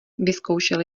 vyzkoušel